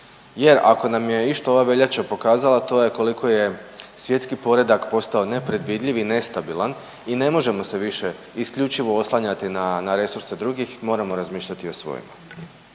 jer ako nam je išta ova veljača pokazala, to je koliko je svjetski poredak postao nepredvidljiv i nestabilan i ne možemo se više isključivo oslanjati na resurse drugih, moramo razmišljati i o svojima.